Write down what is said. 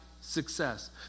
success